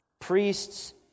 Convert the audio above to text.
Priests